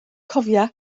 cofia